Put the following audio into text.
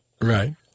Right